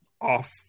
off